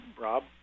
Rob